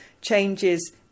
changes